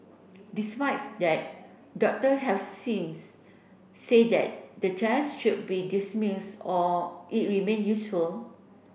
despise that doctor have since say that the test should be dismiss or it remain useful